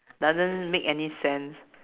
doesn't make any sense